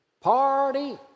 Party